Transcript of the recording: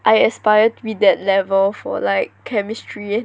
I aspire to be that level for like chemistry